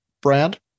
brand